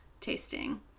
tasting